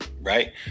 Right